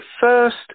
first